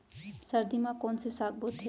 सर्दी मा कोन से साग बोथे?